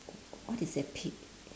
what is a pi~